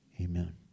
amen